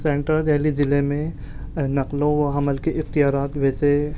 central Delhi ضلع میں نقل و حمل کے اختیارات میں سے